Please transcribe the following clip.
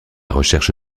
recherche